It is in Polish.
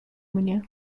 mnie